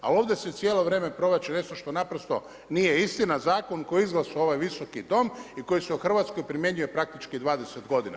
A ovdje se cijelo vrijeme provlači nešto što naprosto nije istina, Zakon koji je izglasao ovaj visoki Dom i koji se u Hrvatskoj primjenjuje praktički 20 godina.